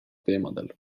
teemadel